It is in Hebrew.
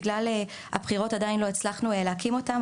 בגלל הבחירות עדיין לא הצלחנו להקים אותן,